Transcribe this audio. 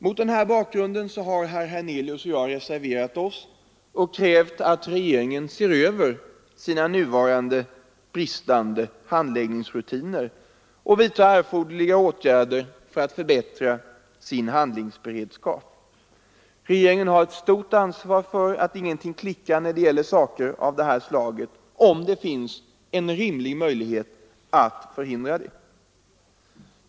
Mot denna bakgrund har herr Hernelius och jag reserverat oss och krävt att regeringen ser över sina nuvarande bristande handläggningsrutiner och vidtar erforderliga åtgärder för att förbättra sin handlingsberedskap. Regeringen har ett stort ansvar för att ingenting klickar när det gäller saker av det här slaget, om det finns en rimlig möjlighet att förhindra det.